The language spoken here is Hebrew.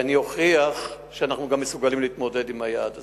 ואני אוכיח שאנחנו גם מסוגלים להתמודד עם היעד הזה.